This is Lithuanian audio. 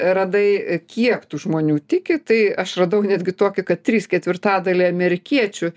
radai kiek tų žmonių tiki tai aš radau netgi tokį kad trys ketvirtadaliai amerikiečių